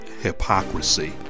hypocrisy